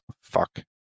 fuck